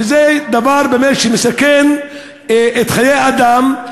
וזה דבר באמת שמסכן חיי אדם.